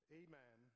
amen